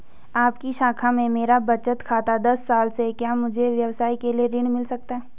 आपकी शाखा में मेरा बचत खाता दस साल से है क्या मुझे व्यवसाय के लिए ऋण मिल सकता है?